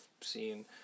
seen